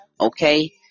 okay